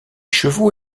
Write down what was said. chevaux